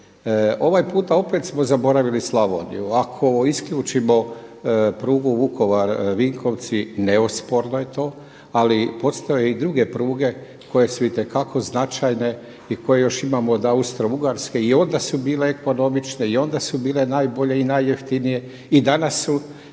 Ovaj puta opet smo zaboravili Slavoniju. Ako isključimo prugu Vukovar-Vinkovci, neosporno je to ali postoje i druge pruge koje su itekako značajno i koje još imamo od austro-ugarske i onda su bile ekonomične i onda su bile najbolje i najjeftinije i danas su